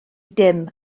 dim